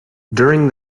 during